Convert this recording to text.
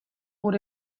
gure